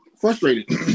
frustrated